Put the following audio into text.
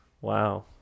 Wow